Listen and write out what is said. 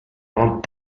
non